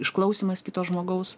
išklausymas kito žmogaus